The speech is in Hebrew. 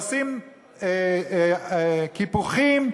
עושים קיפוחים,